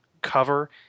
cover